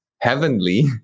heavenly